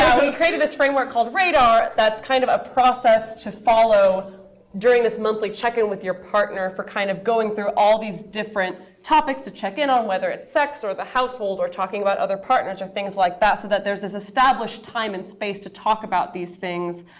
we created this framework called radar that's kind of a process to follow during this monthly check-in with your partner for kind of going through all these different topics to check in on, whether it's sex, or the household, or talking about other partners, or things like that, so that there's this established time and space to talk about these things,